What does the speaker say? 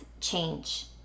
change